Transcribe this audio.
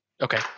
Okay